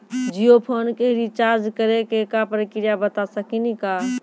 Jio phone के recharge करे के का प्रक्रिया बता साकिनी का?